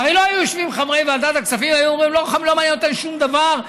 הרי לא היו יושבים חברי ועדת הכספים ואומרים: לא מעניין אותנו שום דבר,